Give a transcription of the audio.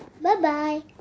Bye-bye